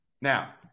Now